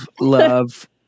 love